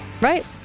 Right